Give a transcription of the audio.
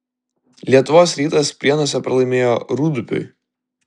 lietuvos rytas prienuose pralaimėjo rūdupiui